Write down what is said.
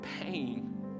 pain